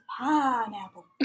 pineapple